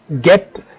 get